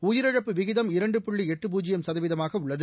உயிரிழப்பு விகிதம் இரண்டு புள்ளிஎட்டு பூஜ்ஜியம் சதவீதமாகஉள்ளது